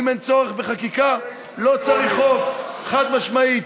אם אין צורך בחקיקה, לא צריך חוק, חד-משמעית.